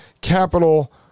Capital